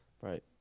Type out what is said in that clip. Right